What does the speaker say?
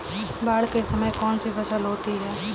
बाढ़ के समय में कौन सी फसल होती है?